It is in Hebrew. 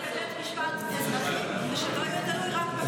בבית משפט אזרחי כדי שלא יהיה תלוי רק בבית משפט,